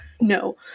no